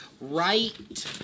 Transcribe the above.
Right